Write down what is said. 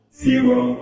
zero